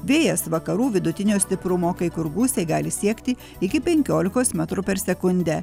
vėjas vakarų vidutinio stiprumo kai kur gūsiai gali siekti iki penkiolikos metrų per sekundę